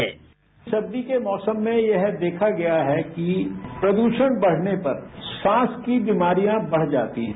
bite सर्दी के मौसम में यह देखा गया है कि प्रदूषण बढ़ने पर सांस की बीमारियां बढ़ जाती हैं